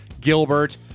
Gilbert